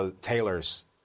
tailors